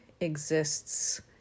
exists